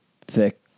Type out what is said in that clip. thick